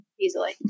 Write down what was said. easily